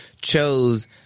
chose